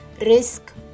risk